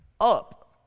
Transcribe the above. Up